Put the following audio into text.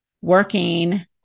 working